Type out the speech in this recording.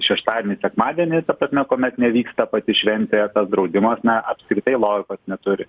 šeštadienį sekmadienį ta prasme kuomet nevyksta pati šventė tas draudimas na apskritai logikos neturi